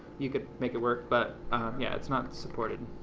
you could make it work, but yeah it's not supported.